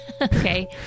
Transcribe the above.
Okay